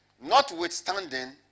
Notwithstanding